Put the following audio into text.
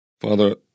Father